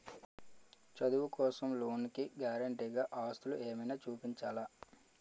చదువు కోసం లోన్ కి గారంటే గా ఆస్తులు ఏమైనా చూపించాలా?